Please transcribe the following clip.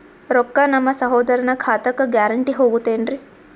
ರೊಕ್ಕ ನಮ್ಮಸಹೋದರನ ಖಾತಕ್ಕ ಗ್ಯಾರಂಟಿ ಹೊಗುತೇನ್ರಿ?